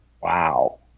Wow